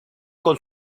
con